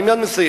אני מייד מסיים.